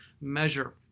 measure